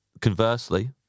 conversely